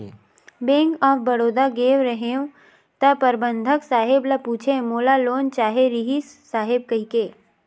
bank of Baroda गेंव रहेव त परबंधक साहेब ल पूछेंव मोला लोन चाहे रिहिस साहेब कहिके